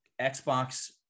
Xbox